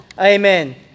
amen